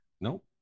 nope